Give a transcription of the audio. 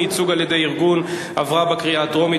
ייצוג על-ידי ארגון) עברה בקריאה טרומית